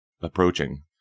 approaching